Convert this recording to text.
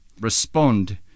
respond